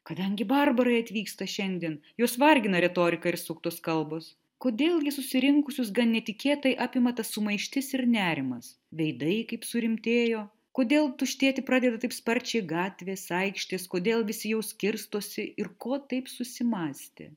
kadangi barbarai atvyksta šiandien juos vargina retorika ir suktos kalbos kodėl gi susirinkusius gan netikėtai apima ta sumaištis ir nerimas veidai kaip surimtėjo kodėl tuštėti pradeda taip sparčiai gatvės aikštės kodėl visi jau skirstosi ir ko taip susimąstė